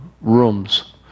rooms